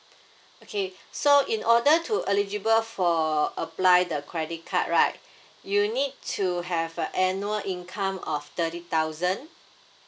okay so in order to eligible for apply the credit card right you need to have a annual income of thirty thousand